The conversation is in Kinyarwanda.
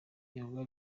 ibikorwa